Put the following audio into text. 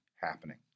happening